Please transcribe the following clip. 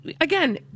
again